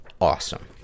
awesome